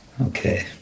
Okay